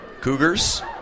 Cougars